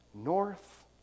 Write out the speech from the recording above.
North